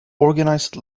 organized